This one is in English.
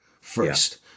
first